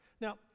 Now